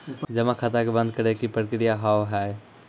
जमा खाता के बंद करे के की प्रक्रिया हाव हाय?